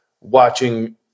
watching